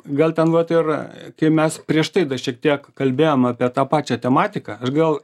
gal ten vat ir kai mes prieš tai dar šiek tiek kalbėjom apie tą pačią tematiką aš gal